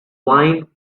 wine